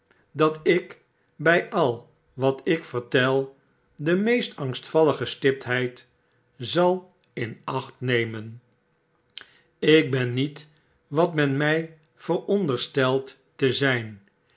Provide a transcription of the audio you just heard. dat ik bjj al wat ik vertel de meest angstvallige stiptheid zal in acht nemen ik ben niet wat men mfl veronderstelt te zijn